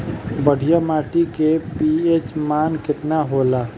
बढ़िया माटी के पी.एच मान केतना होला?